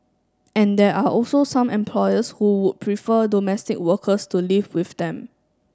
and there are also some employers who would prefer domestic workers to live with them